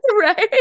right